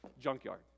junkyard